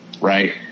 Right